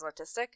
autistic